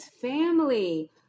family